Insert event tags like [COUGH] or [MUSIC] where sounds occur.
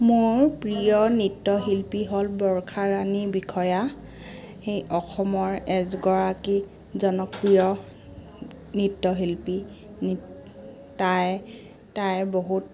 মোৰ প্ৰিয় নৃত্যশিল্পী হ'ল বৰ্ষা ৰাণী বিষয়া সেই অসমৰ এজগৰাকী জনপ্ৰিয় নৃত্যশিল্পী [UNINTELLIGIBLE] তাইৰ বহুত